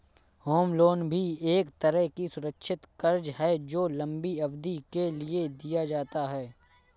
home loan भी एक तरह का सुरक्षित कर्ज है जो लम्बी अवधि के लिए दिया जाता है